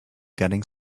getting